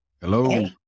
Hello